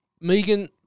Megan